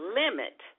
limit